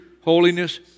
holiness